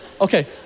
Okay